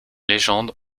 légendes